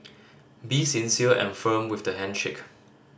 be sincere and firm with the handshake